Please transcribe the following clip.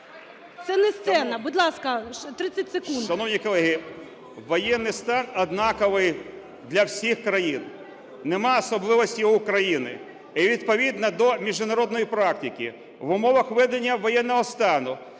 Це не сцена! Будь ласка, 30 секунд. ТУРЧИНОВ О. В. Шановні колеги, воєнний стан однаковий для всіх країн, нема особливостей й в Україні, і відповідно до міжнародної практики в умовах введення воєнного стану